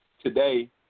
Today